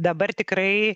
dabar tikrai